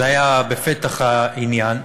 זה היה בפתח העניין: